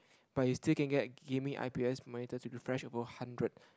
but you still can get gaming I_P_S monitor to refresh above hundred